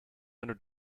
under